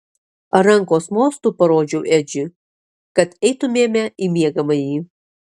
rankos mostu parodžiau edžiui kad eitumėme į miegamąjį